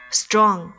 strong